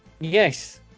Yes